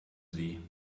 sie